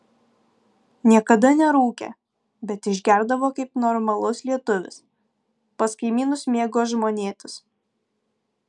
niekada nerūkė bet išgerdavo kaip normalus lietuvis pas kaimynus mėgo žmonėtis